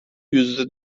yüzde